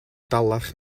dalach